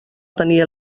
tenia